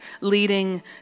leading